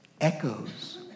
echoes